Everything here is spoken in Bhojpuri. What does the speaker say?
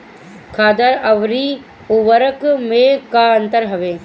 खादर अवरी उर्वरक मैं का अंतर हवे?